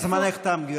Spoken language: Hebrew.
זמנך תם, גברתי.